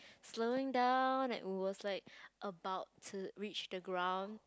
slowing down and it was like about to reach the ground